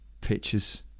pictures